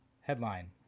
Headline